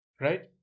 Right